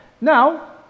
Now